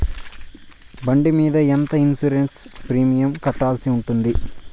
బండి మీద ఎంత ఇన్సూరెన్సు ప్రీమియం కట్టాల్సి ఉంటుంది?